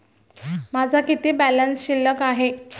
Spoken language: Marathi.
माझा किती बॅलन्स शिल्लक आहे?